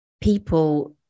people